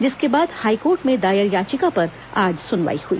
जिसके बाद हाईकोर्ट में दायर याचिका पर आज सुनवाई हुई